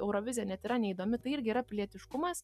eurovizija net yra neįdomi tai irgi yra pilietiškumas